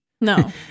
No